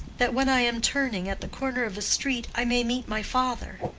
that when i am turning at the corner of a street i may meet my father.